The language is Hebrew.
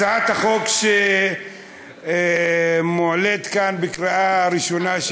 הצעת החוק שמועלית כאן לקריאה ראשונה,